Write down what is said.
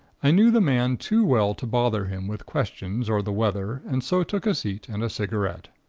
i knew the man too well to bother him with questions or the weather, and so took a seat and a cigarette.